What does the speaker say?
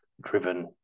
driven